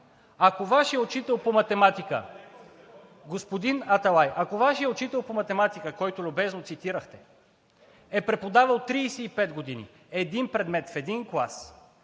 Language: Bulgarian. ако Вашият учител по математика, който любезно цитирахте, е преподавал 35 години един предмет в един клас,